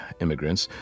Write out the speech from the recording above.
immigrants